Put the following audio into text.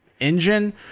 engine